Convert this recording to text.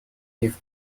give